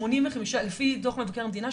לפי דו"ח מבקר המדינה,